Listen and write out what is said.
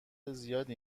زیادی